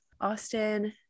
Austin